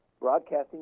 broadcasting